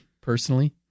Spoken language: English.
personally